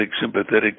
sympathetic